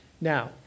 Now